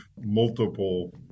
multiple